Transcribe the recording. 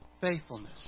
Faithfulness